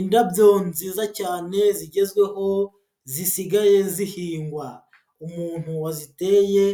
Indabyo nziza cyane zigezweho zisigaye zihingwa, umuntu waziteye